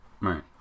Right